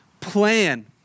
plan